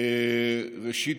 ראשית,